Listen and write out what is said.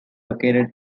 located